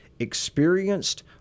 experienced